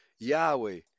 Yahweh